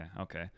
Okay